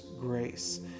grace